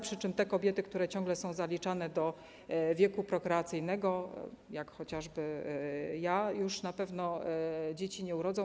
Przy czym te kobiety, które ciągle są zaliczane do wieku prokreacyjnego, jak chociażby ja, już na pewno dzieci nie urodzą.